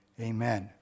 amen